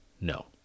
no